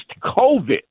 COVID